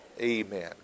amen